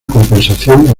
compensación